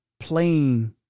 Playing